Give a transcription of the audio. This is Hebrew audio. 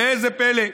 ראה זה פלא,